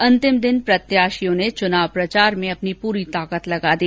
अंतिम दिन प्रत्याशियों ने चुनाव प्रचार में अपनी पूरी ताकत लगा दी